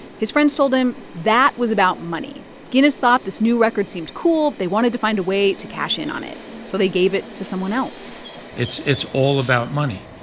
his friends told him that was about money. guinness thought this new record seemed cool. they wanted to find a way to cash in on it. so they gave it to someone else it's it's all about money.